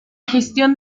gestión